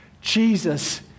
Jesus